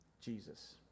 Jesus